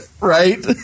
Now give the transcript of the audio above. Right